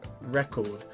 record